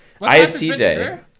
ISTJ